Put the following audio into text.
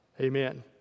Amen